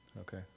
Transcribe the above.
Okay